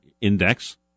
index